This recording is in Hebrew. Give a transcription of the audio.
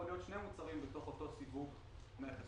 יכולים להיות שני מוצרים בתוך אותו סיווג מכס,